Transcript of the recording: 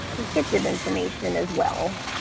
descriptive information as well